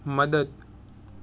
મદદ